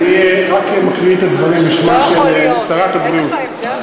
אני רק מקריא את הדברים בשמה של שרת הבריאות.